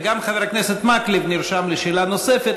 גם חבר הכנסת מקלב נרשם לשאלה נוספת.